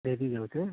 ଡ଼େରି ହେଉଛି